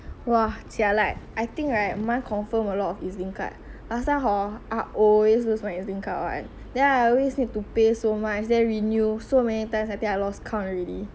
!wah! I think right mine confirm a lot of EZ-Link card last time hor I always lose my EZ-Link card and then I always need to pay so much then renew so many times I think I lost count already